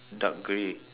dark grey